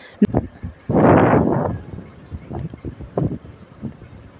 నా insurance premium automatic నెలవారి payment చేసుకోవాలంటే ఏంటి చేయాలి?